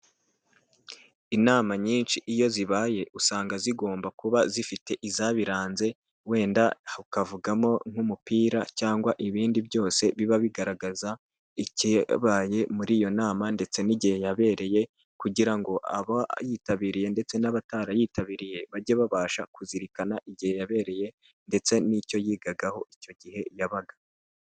Inama nyinshi iyo zibaye usanga zigomba kuba zifite izabiranze wenda hakavugamo nk'umupira cyangwa ibindi byose biba bigaragaza icyabaye muri iyo nama ndetse n'igihe yabereye kugira ngo abayitabiriye ndetse n'abatarayitabiriye bajye babasha kuzirikana igihe yabereye ndetse n'icyo yigagaho icyo gihe yabaga.